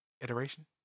Iteration